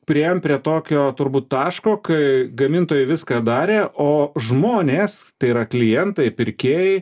priėjom prie tokio turbūt taško kai gamintojai viską darė o žmonės tai yra klientai pirkėjai